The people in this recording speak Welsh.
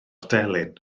delyn